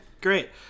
great